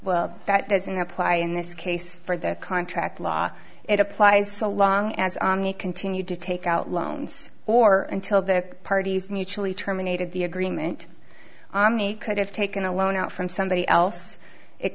doesn't apply in this case for the contract law it applies so long as he continued to take out loans or until the parties mutually terminated the agreement on a could have taken a loan out from somebody else it